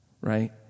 right